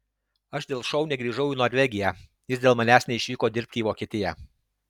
aš dėl šou negrįžau į norvegiją jis dėl manęs neišvyko dirbti į vokietiją